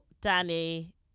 Danny